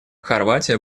хорватия